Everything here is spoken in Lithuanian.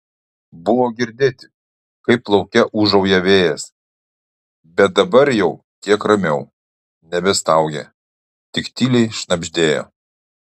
buvo girdėti kaip lauke ūžauja vėjas bet dabar jau kiek ramiau nebestaugė tik tyliai šnabždėjo